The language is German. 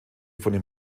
von